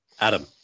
Adam